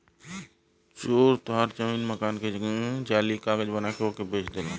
चोर तोहार जमीन मकान के जाली कागज बना के ओके बेच देलन